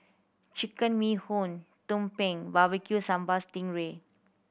Chicken Bee Hoon tumpeng Barbecue Sambal sting ray